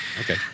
Okay